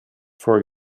for